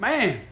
Man